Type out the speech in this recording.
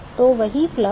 तो वही प्रवाह